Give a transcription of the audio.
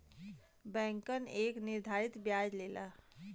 बैंकन एक निर्धारित बियाज लेला